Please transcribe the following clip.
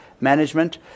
management